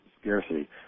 scarcity